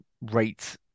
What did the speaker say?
rate